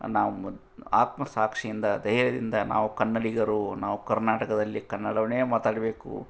ನಾವು ಆತ್ಮಸಾಕ್ಷಿಯಿಂದ ಧೈರ್ಯದಿಂದ ನಾವು ಕನ್ನಡಿಗರು ನಾವು ಕರ್ನಾಟಕದಲ್ಲಿ ಕನ್ನಡವನ್ನೇ ಮಾತಾಡಬೇಕು